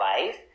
life